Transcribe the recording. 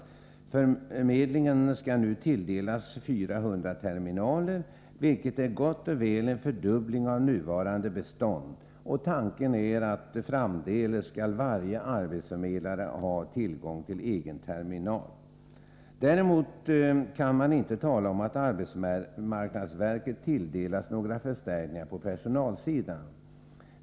Förmedlingen skall nu tilldelas 400 terminaler, vilket är gott och väl en fördubbling av nuvarande bestånd. Tanken är att varje arbetsförmedlare framdeles skall ha tillgång till en egen terminal. Däremot kan man inte tala om att arbetsmarknadsverket tilldelas några förstärkningar på personalsidan.